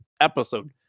episode